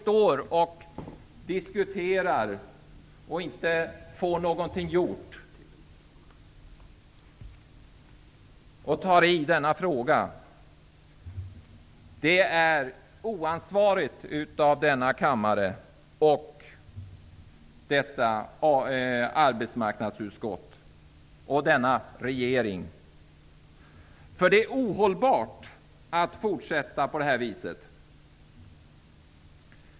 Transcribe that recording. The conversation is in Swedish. Det är oansvarigt av denna kammare, detta arbetsmarknadsutskott och denna regering att diskutera utan att få någonting gjort. Det är ohållbart att fortsätta på detta vis.